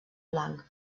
blanc